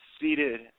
Seated